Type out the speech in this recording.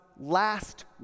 last